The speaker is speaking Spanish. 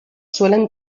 suelen